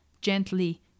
gently